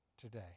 today